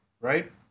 right